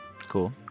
Cool